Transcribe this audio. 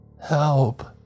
Help